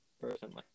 Personally